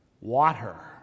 Water